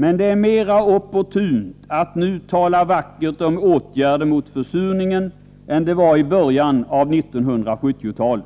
Men det är mera opportunt att nu tala vackert om åtgärder mot försurningen än det var i början av 1970-talet.